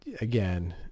Again